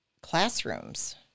classrooms